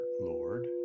Lord